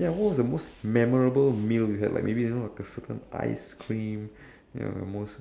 ya what was the most memorable meal you had like maybe you know like a certain ice cream ya the most